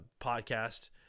podcast